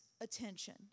attention